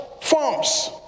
forms